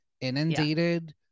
inundated